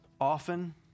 often